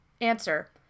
Answer